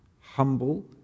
humble